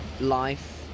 life